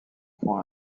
font